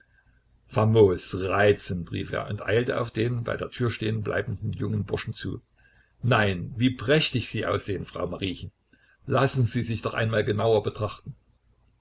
reizend rief er und eilte auf den bei der tür stehen bleibenden jungen burschen zu nein wie prächtig sie aussehen frau mariechen lassen sie sich doch einmal genauer betrachten